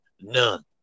None